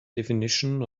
definition